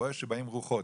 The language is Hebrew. רואה שבאים רוחות,